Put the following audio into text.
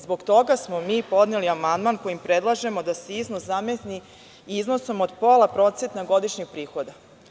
Zbog toga smo mi podneli amandman kojim predlažemo da se iznos zameni, iznosom od pola procenta godišnjeg prihoda.